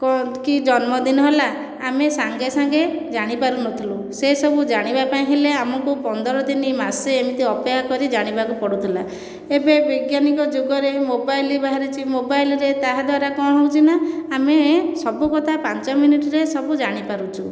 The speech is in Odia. କ କି ଜନ୍ମଦିନ ହେଲା ଆମେ ସାଙ୍ଗେ ସାଙ୍ଗେ ଜାଣିପାରୁନଥିଲୁ ସେସବୁ ଜାଣିବା ପାଇଁ ହେଲେ ଆମୁକୁ ପନ୍ଦର ଦିନ ମାସେ ଏମିତି ଅପେକ୍ଷା କରି ଜାଣିବାକୁ ପଡ଼ୁଥିଲା ଏବେ ବୈଜ୍ଞାନିକ ଯୁଗରେ ମୋବାଇଲ ବାହାରିଛି ମୋବାଇଲରେ ତାହା ଦ୍ୱାରା କଣ ହେଉଛି ନା ଆମେ ସବୁ କଥା ପାଞ୍ଚ ମିନିଟ ରେ ସବୁ ଜାଣି ପାରୁଛୁ